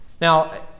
Now